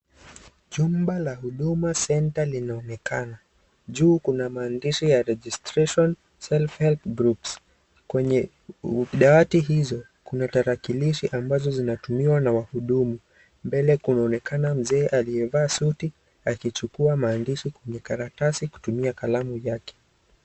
Chumba la huduma center linaonekana, juu kuna maandishi ya registration self help groups kwenye dawati hizo kuna tarakilishi ambazo zinatumiwa na wahudumu mbele kunaonekana mzee aliyevaa suti akichukua maandishi kwenye karatasi kutumia kalamu yake.